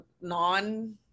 non-